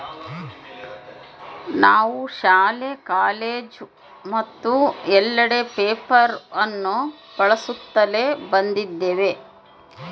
ನಾವು ಶಾಲೆ, ಕಾಲೇಜು ಮತ್ತು ಎಲ್ಲೆಡೆ ಪೇಪರ್ ಅನ್ನು ಬಳಸುತ್ತಲೇ ಬಂದಿದ್ದೇವೆ